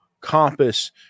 compass